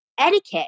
etiquette